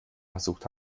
versucht